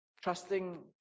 trusting